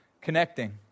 Connecting